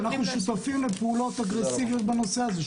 אנחנו שותפים לפעולות אגרסיביות בנושא הזה.